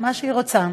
מה שהיא רוצה.